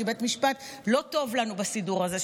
כי בית המשפט לא טוב לנו בסידור הזה,